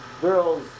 girls